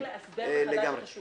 צריך לאסדר מחדש את השוק.